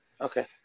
Okay